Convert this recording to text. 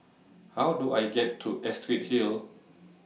How Do I get to Astrid Hill